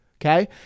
Okay